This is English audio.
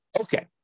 Okay